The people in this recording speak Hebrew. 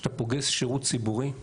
שאתה פוגש שירות ציבורי מעולה,